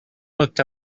looked